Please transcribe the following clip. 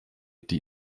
die